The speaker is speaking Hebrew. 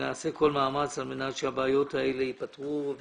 נעשה כל מאמץ על מנת שהבעיות האלה ייפתרו.